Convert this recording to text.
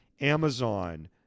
Amazon